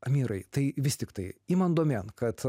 amirai tai vis tiktai imant domėn kad